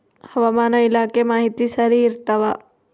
ಹವಾಮಾನ ಇಲಾಖೆ ಮಾಹಿತಿ ಸರಿ ಇರ್ತವ?